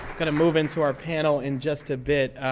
going to move into our panel in just a bit.